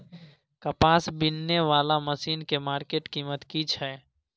कपास बीनने वाला मसीन के मार्केट कीमत की छै?